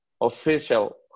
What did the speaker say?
official